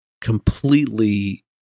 completely